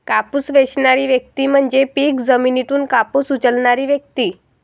कापूस वेचणारी व्यक्ती म्हणजे पीक जमिनीतून कापूस उचलणारी व्यक्ती